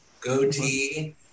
goatee